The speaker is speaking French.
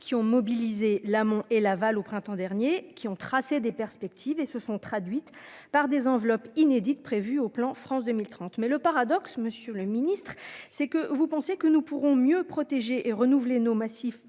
qui ont mobilisé l'amont et l'aval au printemps dernier qui ont tracé des perspectives et se sont traduites par des enveloppes inédite prévues au plan France 2030 mais le paradoxe, Monsieur le Ministre, c'est que vous pensez que nous pourrons mieux protégés et renouveler nos massifs,